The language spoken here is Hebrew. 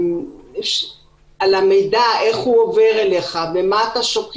שבו הוא עשה את